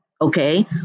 Okay